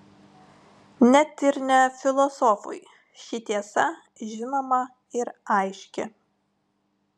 net ir ne filosofui ši tiesa žinoma ir aiški